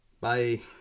Bye